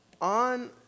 on